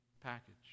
package